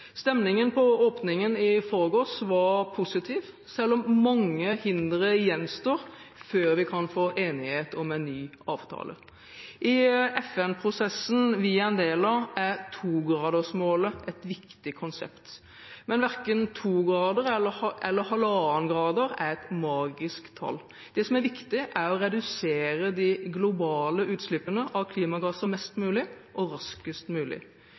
Stemningen på åpningen i forgårs var positiv, selv om mange hindre gjenstår før vi kan få enighet om en ny avtale. I FN-prosessen vi er en del av, er 2-gradersmålet et viktig konsept. Men verken 2 grader eller 1,5 grader er et magisk tall. Det som er viktig, er å redusere de globale utslippene av klimagasser mest mulig og raskest mulig.